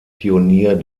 pionier